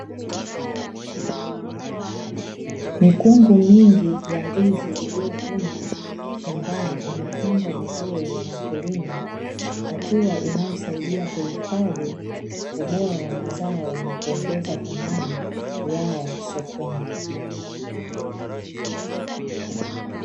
Mikungu mingi ya ndizi iliyovunwa shambani imepangwa vizuri na wakulima, hatua inayosaidia kuhifadhi ubora wa mazao, na kuongeza thamani yao sokoni.